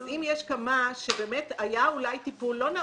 אם יש כמה שבאמת היה אולי טיפול לא נאות,